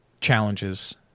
challenges